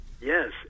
Yes